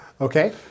Okay